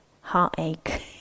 heartache